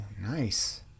nice